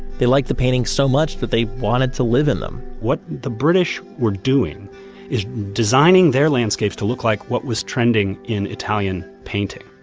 they liked the paintings so much that they wanted to live in them what the british were doing is designing their landscapes to look like what was trending in italian painting.